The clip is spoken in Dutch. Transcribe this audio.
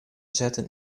zetten